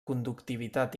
conductivitat